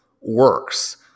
works